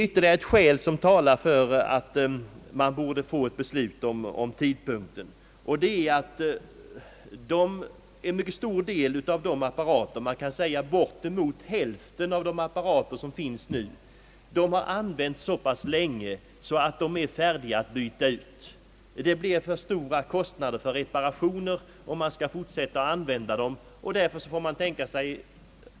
Ytterligare ett skäl talar för att ett beslut om tidpunkten för införandet av färg-TV borde fattas, nämligen att bortemot hälften av de apparater som nu är i bruk har använts så pass länge att de är färdiga att bytas ut. Det blir för höga kostnader för reparationer förenade med en fortsatt användning, varför de måste bytas ut.